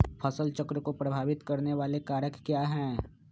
फसल चक्र को प्रभावित करने वाले कारक क्या है?